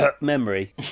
memory